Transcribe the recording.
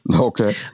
Okay